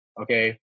okay